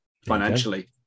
financially